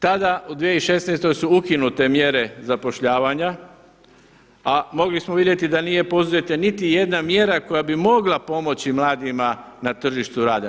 Tada u 2016. su ukinute mjere zapošljavanja, a mogli smo vidjeti da nije poduzeta niti jedna mjera koja bi mogla pomoći na tržištu rada.